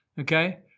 Okay